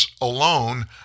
alone